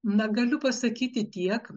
na galiu pasakyti tiek